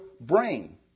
brain